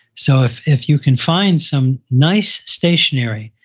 so if if you can find some nice stationary,